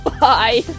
Bye